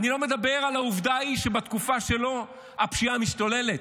אני לא מדבר על העובדה שבתקופה שלו הפשיעה משתוללת.